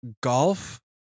golf